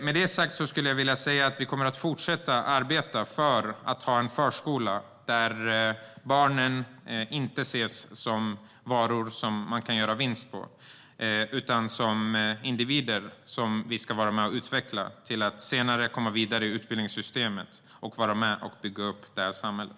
Med det sagt skulle jag vilja säga att vi kommer att fortsätta att arbeta för att ha en förskola där barnen inte ses som varor som man kan göra vinst på, utan som individer som vi ska vara med och utveckla till att senare komma vidare i utbildningssystemet och vara med och bygga upp det här samhället.